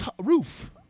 roof